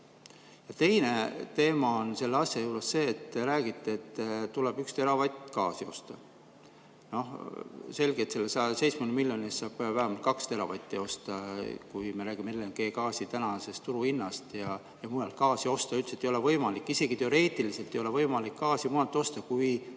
Teine teema on selle asja juures see, et te räägite, et tuleb üks teravatt gaasi osta. Selgelt selle 170 miljoni eest saab vähemalt kaks teravatti osta, kui me räägime LNG gaasi turuhinnast, ja mujalt gaasi osta üldiselt ei ole võimalik, isegi teoreetiliselt ei ole võimalik gaasi mujalt osta kui